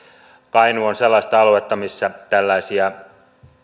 kainuu on sellaista aluetta missä tällaisia